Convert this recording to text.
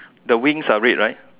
the wings are red right